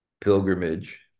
pilgrimage